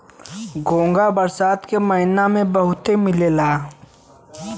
घोंघा बरसात के महिना में बहुते मिलला